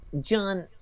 John